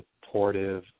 supportive